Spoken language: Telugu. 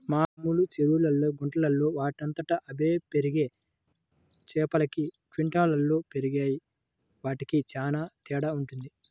మామూలు చెరువుల్లో, గుంటల్లో వాటంతట అవే పెరిగే చేపలకి ట్యాంకుల్లో పెరిగే వాటికి చానా తేడా వుంటది